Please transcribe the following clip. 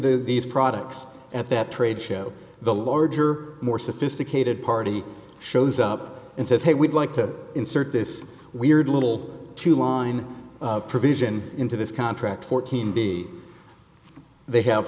their these products at that trade show the larger more sophisticated party shows up and says hey we'd like to insert this weird little too long line provision into this contract fourteen b they have